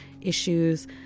issues